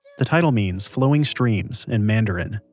the title means, flowing streams, in mandarin.